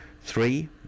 Three